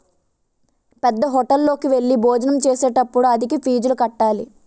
పేద్దహోటల్లోకి వెళ్లి భోజనం చేసేటప్పుడు అధిక ఫీజులు కట్టాలి